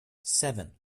seven